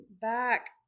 back